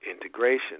integration